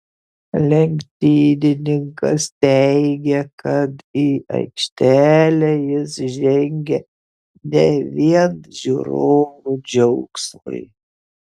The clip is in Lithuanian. lenktynininkas teigė kad į aikštelę jis žengia ne vien žiūrovų džiaugsmui